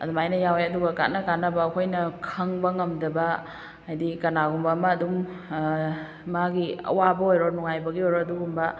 ꯑꯗꯨꯃꯥꯏꯅ ꯌꯥꯎꯋꯦ ꯑꯗꯨꯒ ꯀꯥꯟꯅ ꯀꯥꯟꯅꯕ ꯑꯩꯈꯣꯏꯅ ꯈꯪꯕ ꯉꯝꯗꯕ ꯍꯥꯏꯗꯤ ꯀꯅꯥꯒꯨꯝꯕ ꯑꯃ ꯑꯗꯨꯝ ꯃꯥꯒꯤ ꯑꯋꯥꯕ ꯑꯣꯏꯔꯣ ꯅꯨꯡꯉꯥꯏꯕꯒꯤ ꯑꯣꯏꯔꯣ ꯑꯗꯨꯒꯨꯝꯕ